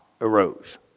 arose